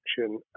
action